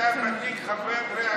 אתה ותיק חברי הכנסת.